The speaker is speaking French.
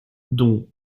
dont